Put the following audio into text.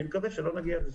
אני מקווה שלא נגיע לזה.